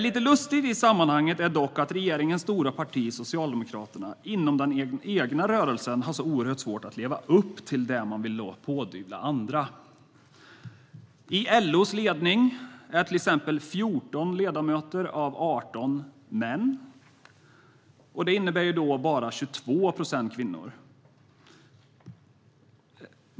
Lite lustigt i sammanhanget är dock att regeringens stora parti Socialdemokraterna inom den egna rörelsen har så oerhört svårt att leva upp till det man vill pådyvla andra. I LO:s ledning är till exempel 14 av 18 ledamöter män. Det innebär att det bara är 22 procent kvinnor.